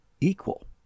equal